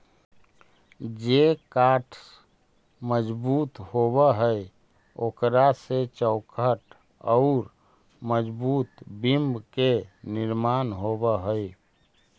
जे काष्ठ मजबूत होवऽ हई, ओकरा से चौखट औउर मजबूत बिम्ब के निर्माण होवऽ हई